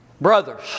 Brothers